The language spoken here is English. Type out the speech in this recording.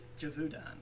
Javudan